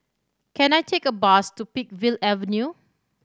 can I take a bus to Peakville Avenue